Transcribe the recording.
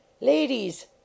Ladies